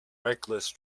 reckless